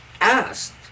asked